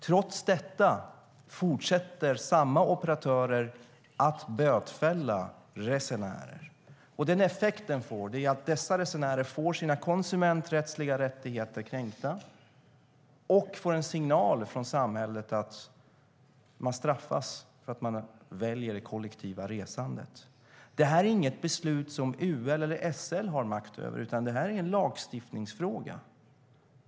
Trots detta fortsätter samma operatörer att bötfälla resenärer. Den effekt detta får är att dessa resenärer får sina konsumenträttsliga rättigheter kränkta och att de får en signal från samhället om att man straffas för att man väljer det kollektiva resandet. Detta är inget beslut som UL eller SL har makt över, utan det är en lagstiftningsfråga.